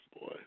Boy